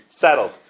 Settled